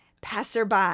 passerby